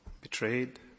betrayed